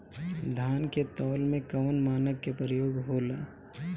धान के तौल में कवन मानक के प्रयोग हो ला?